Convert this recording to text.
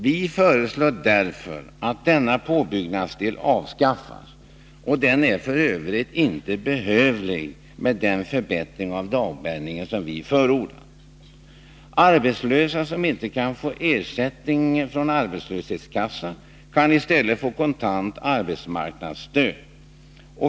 Vi föreslår därför att denna påbyggnadsdel avskaffas. Den är f. ö. inte behövlig med den förbättring av dagpenningen som vi förordat. Arbetslösa som inte kan få ersättning från en arbetslöshetskassa kan i stället få kontant arbetsmarknadsstöd.